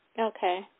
Okay